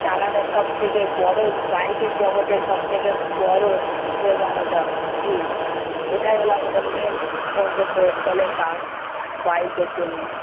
চালানোর সবথেকে বড়ো বাইকের জগতেের সবথেকে বড়ো প্রবণতা রুট এটাই হলো আমাদের মেন গন্তব্যস্থস্থলের কাজ বাইকের জন্যে